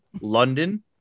london